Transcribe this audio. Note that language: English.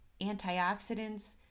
antioxidants